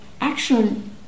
action